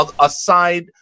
aside